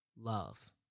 Love